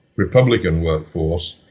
republican workforce,